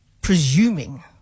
presuming